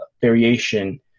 variation